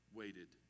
waited